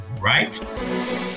right